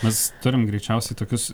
mes turime greičiausiai tokius